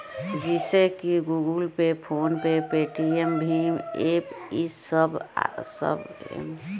जइसे की Google Pay, PhonePe, Paytm भीम एप्प इस सब एमे आवत हवे